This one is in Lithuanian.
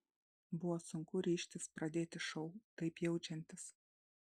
buvo sunku ryžtis pradėti šou taip jaučiantis